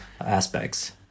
aspects